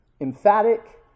emphatic